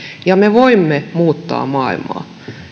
ja me voimme muuttaa maailmaa